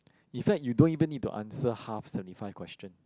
in fact you don't even need to answer half seventy five questions